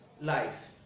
life